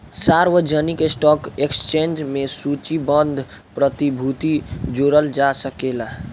सार्वजानिक stock exchange में सूचीबद्ध प्रतिभूति जोड़ल जा सकेला